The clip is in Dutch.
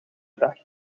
dag